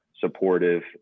supportive